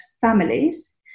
families